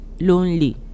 lonely